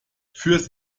fürs